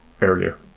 earlier